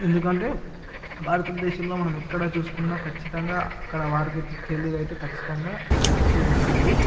ఎందుకంటే భారత దేశంలో మనం ఎక్కడ చూసుకున్నా ఖచ్చితంగా అక్కడవారికైతే తెలుగు అయితే ఖచ్చితంగా వచ్చి ఉంటుంది